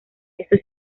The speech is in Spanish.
estoy